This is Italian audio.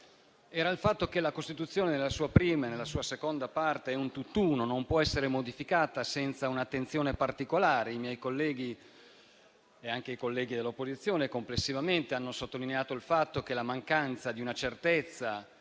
era il fatto che la Costituzione, nella sua prima e nella sua seconda parte, è un tutt'uno e non può essere modificata senza un'attenzione particolare. I miei colleghi e anche i colleghi dell'opposizione complessivamente hanno sottolineato il fatto che la mancanza di una certezza